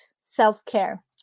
self-care